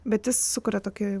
bet jis sukuria tokį